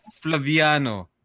Flaviano